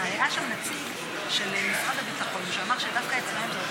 אז היה שם נציג של משרד הביטחון שאמר שדווקא אצלם זה,